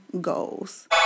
goals